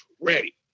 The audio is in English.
ready